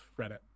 Reddit